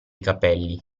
capelli